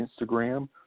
Instagram